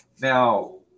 Now